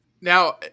Now